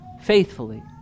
faithfully